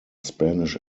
spanish